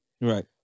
Right